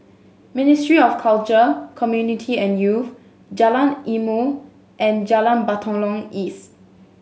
Ministry of Culture Community and Youth Jalan Ilmu and Jalan Batalong East